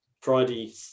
Friday